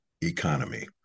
economy